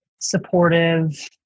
supportive